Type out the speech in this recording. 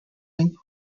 link